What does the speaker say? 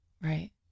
Right